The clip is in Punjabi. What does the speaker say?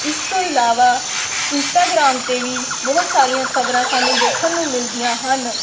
ਇਸ ਤੋਂ ਇਲਾਵਾ ਇੰਸਟਾਗ੍ਰਾਮ 'ਤੇ ਵੀ ਬਹੁਤ ਸਾਰੀਆਂ ਖਬਰਾਂ ਸਾਨੂੰ ਦੇਖਣ ਨੂੰ ਮਿਲਦੀਆਂ ਹਨ